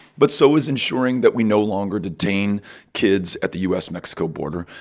but so is ensuring that we no longer detain kids at the u s mexico border,